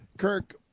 Kirk